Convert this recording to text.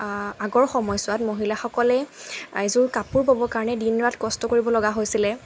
আগৰ সময়ছোৱাত মহিলাসকলে এযোৰ কাপোৰ ব'বৰ কাৰণে দিন ৰাত কষ্ট কৰিবলগা হৈছিলে